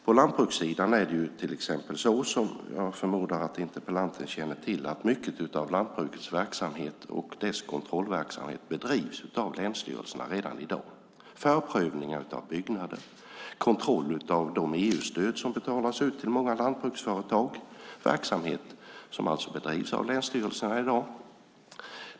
På lantbrukssidan är det till exempel så, som jag förmodar att interpellanten känner till, att mycket av lantbrukets verksamhet och dess kontrollverksamhet bedrivs av länsstyrelserna redan i dag. Förprövningar av byggnader och kontroll av de EU-stöd som betalas ut till många lantbruksföretag är verksamhet som alltså bedrivs av länsstyrelserna i dag.